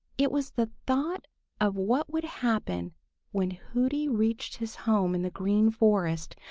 it was the thought of what would happen when hooty reached his home in the green forest,